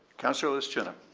councillor lishchyna?